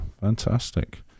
fantastic